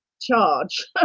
charge